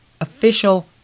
official